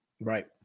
Right